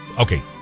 Okay